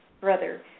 brother